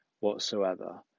whatsoever